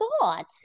thought